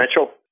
Mitchell